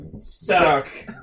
stuck